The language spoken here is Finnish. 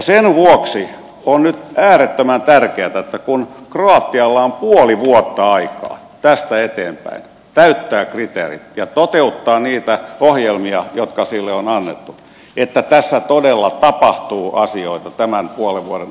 sen vuoksi on nyt äärettömän tärkeätä kun kroatialla on tästä eteenpäin puoli vuotta aikaa täyttää kriteerit ja toteuttaa niitä ohjelmia jotka sille on annettu että tässä todella tapahtuu asioita tämän puolen vuoden aikana